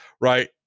right